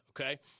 okay